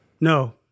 No